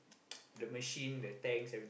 the machine the tanks every~